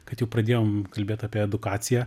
kad jau pradėjom kalbėt apie edukaciją